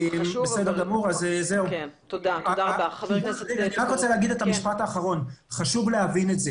אני רק רוצה להגיד משפט אחרון: חשוב להבין את זה